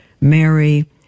Mary